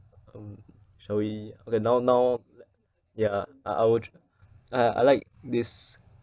um shall we okay now now ya I would uh I like this